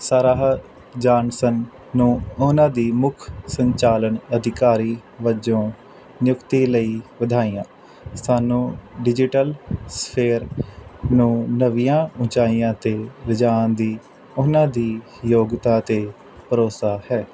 Sarah Johnson ਨੂੰ ਉਹਨਾਂ ਦੀ ਮੁੱਖ ਸੰਚਾਲਨ ਅਧਿਕਾਰੀ ਵਜੋਂ ਨਿਯੁਕਤੀ ਲਈ ਵਧਾਈਆਂ ਸਾਨੂੰ ਡਿਜੀਟਲ ਸਫੇਅਰ ਨੂੰ ਨਵੀਆਂ ਉੱਚਾਈਆਂ 'ਤੇ ਲਿਜਾਣ ਦੀ ਉਨ੍ਹਾਂ ਦੀ ਯੋਗਤਾ 'ਤੇ ਭਰੋਸਾ ਹੈ